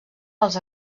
als